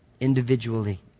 individually